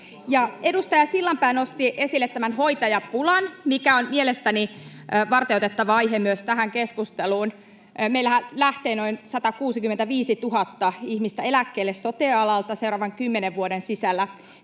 Edustaja Sillanpää nosti esille tämän hoitajapulan, mikä on mielestäni varteenotettava aihe myös tähän keskusteluun. Meillähän lähtee noin 165 000 ihmistä eläkkeelle sote-alalta seuraavan kymmenen vuoden sisällä.